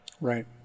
Right